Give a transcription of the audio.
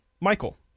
Michael